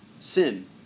sin